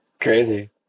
Crazy